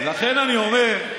לכן אני אומר כן,